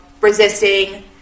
resisting